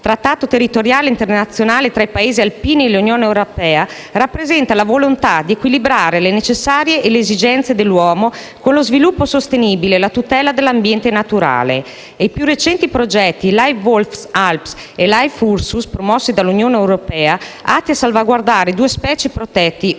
trattato territoriale internazionale tra i Paesi alpini e l'Unione europea, rappresenta la volontà di equilibrare le necessità e le esigenze dell'uomo con lo sviluppo sostenibile e la tutela dell'ambiente naturale. Ci sono poi i più recenti progetti Life WolfAlps e Life Ursus, promossi dall'Unione europea, atti a salvaguardare due specie protette *ursus